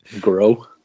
Grow